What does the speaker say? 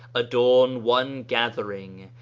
adorn one gathering,